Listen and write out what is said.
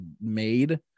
made